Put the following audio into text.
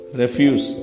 refuse